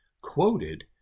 quoted